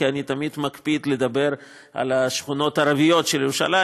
כי אני תמיד מקפיד לדבר על השכונות הערביות של ירושלים.